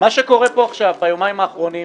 שקורה פה עכשיו, ביומיים האחרונים,